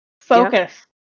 focus